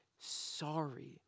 sorry